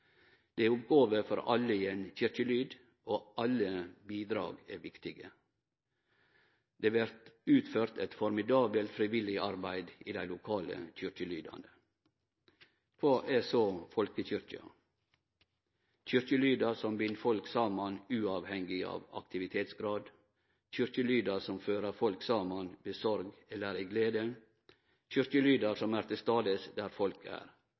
Det er oppgåver for alle i ein kyrkjelyd, og alle bidrag er viktige. Det vert utført eit formidabelt frivillig arbeid i dei lokale kyrkjelydane. Kva er så folkekyrkja? Kyrkjelydar som bind folk saman uavhengig av aktivitetsgrad. Kyrkjelydar som fører folk saman, ved sorg eller i glede. Kyrkjelydar som er til stades der folk er.